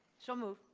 so moved.